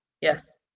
Yes